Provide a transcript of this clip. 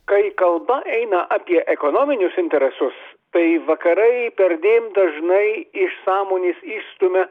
kai kalba eina apie ekonominius interesus tai vakarai perdėm dažnai iš sąmonės išstumia